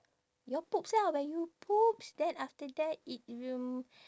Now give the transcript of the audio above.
your poops lah when you poops then after that it will